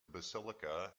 basilica